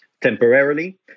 temporarily